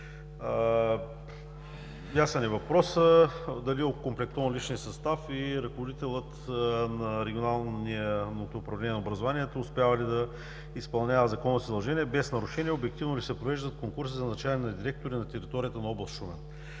Ясен е въпросът: дали е окомплектован личният състав и ръководителят на Регионалното управление на образованието успява ли да изпълнява законовите си задължения без нарушения? Обективно ли се провеждат конкурсите за назначаване на директори на територията на област Шумен?